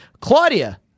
Claudia